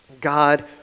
God